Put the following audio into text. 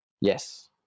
Yes